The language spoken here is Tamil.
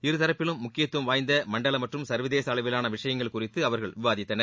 இருதரப்பிலும் முக்கியத்துவம் வாய்ந்த மண்டல மற்றும் சர்வதேச அளவிவான விஷயங்கள் குறித்து அவர்கள் விவாதித்தனர்